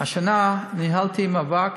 השנה ניהלתי מאבק